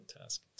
task